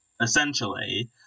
essentially